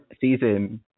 season